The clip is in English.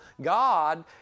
God